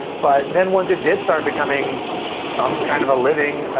but then once it did start becoming some kind of a living,